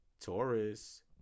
Taurus